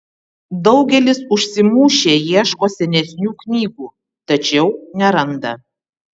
daugelis užsimušę ieško senesnių knygų tačiau neranda